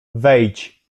wejdź